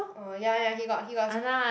oh ya ya he got he got